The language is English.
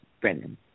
Brendan